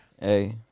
Hey